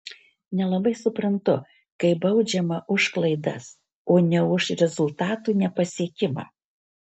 nelabai suprantu kai baudžiama už klaidas o ne už rezultatų nepasiekimą